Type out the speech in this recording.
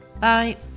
Bye